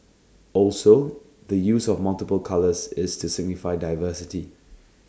also the use of multiple colours is to signify diversity